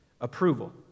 approval